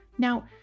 Now